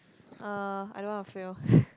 uh I don't want to fail